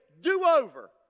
do-over